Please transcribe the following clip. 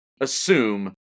assume